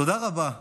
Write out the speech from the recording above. תודה רבה לחיה,